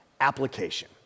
application